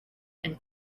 and